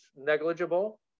negligible